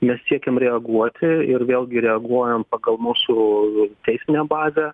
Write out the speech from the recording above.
mes siekiam reaguoti ir vėlgi reaguojam pagal mūsų teisinę bazę